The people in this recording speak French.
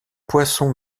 poisson